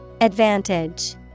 Advantage